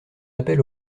appel